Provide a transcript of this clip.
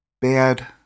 bad